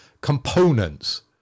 components